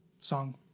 song